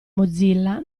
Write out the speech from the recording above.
mozilla